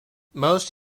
most